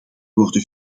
worden